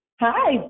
Hi